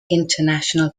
international